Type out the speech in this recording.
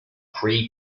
pre